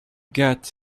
get